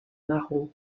marron